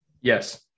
Yes